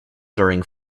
during